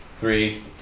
Three